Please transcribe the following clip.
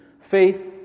faith